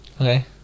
Okay